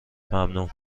ممنونم